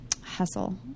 hustle